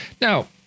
Now